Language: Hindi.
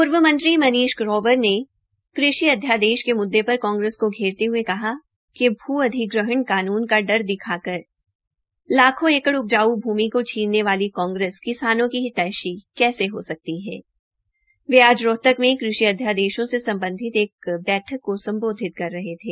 पूर्व मंत्री मनीष ग्रोवर ने कृषि अध्यादेश के मुद्दे पर कांग्रेस को घेरते हये कहा कि भ् अधिग्रहण कानून का डर दिखाकर लाखों एकड़ उपजाऊ भूमिक को छीने वाली कांग्रेस किसानों की हितैषी कैस हो सकती है वे आज रोहतक मे कृषि अध्यादेशों से सम्बधित एक बैठक को सम्बोधित कर रहे थे